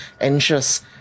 anxious